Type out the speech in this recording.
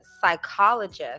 psychologist